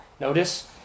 Notice